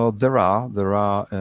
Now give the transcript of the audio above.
so there are. there are.